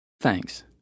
thanks